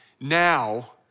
now